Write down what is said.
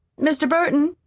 mr. burton!